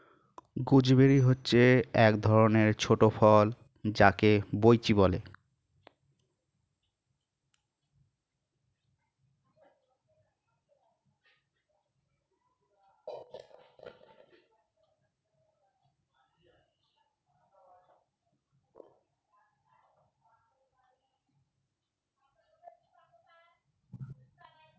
gooseberry হচ্ছে এক ধরণের ছোট ফল যাকে বৈঁচি বলে